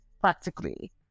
practically